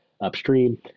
upstream